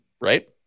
right